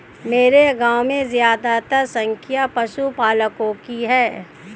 मेरे गांव में ज्यादातर संख्या पशुपालकों की है